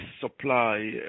supply